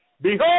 Behold